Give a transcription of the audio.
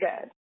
good